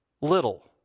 little